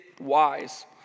wise